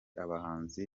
abahanzi